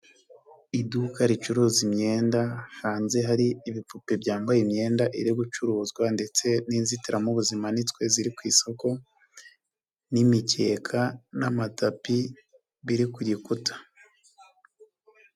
Iduka ricuruza imyenda, hanze hari ibipupe byambaye imyenda iri gucuruzwa ndetse n'inzitiramubu zimantswe ziri ku isoko, n'imikeka n'amatapi biri ku rukuta.